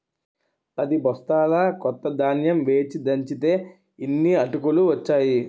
పదిబొస్తాల కొత్త ధాన్యం వేచి దంచితే యిన్ని అటుకులు ఒచ్చేయి